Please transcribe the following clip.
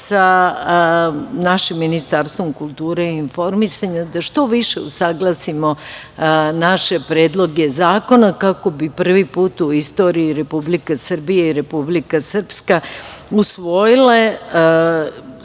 sa našim Ministarstvom kulture i informisanja da što više usaglasimo naše predloge zakona kako bi prvi put u istoriji Republika Srbija i Republika Srpska usvojile